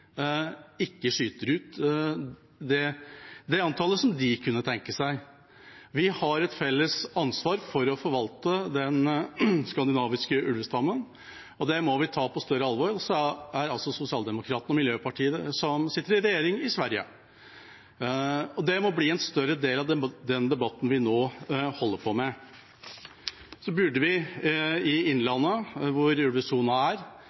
ikke skyter ut det antallet som de kunne tenke seg. Vi har et felles ansvar for å forvalte den skandinaviske ulvestammen. Det må vi ta på større alvor – det er Socialdemokraterna og Miljöpartiet som sitter i regjering i Sverige – og det må bli en større del av den debatten vi nå holder på med. Så burde vi i innlandet, hvor ulvesona er,